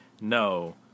No